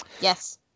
yes